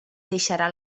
deixarà